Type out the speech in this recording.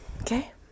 Okay